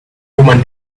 woman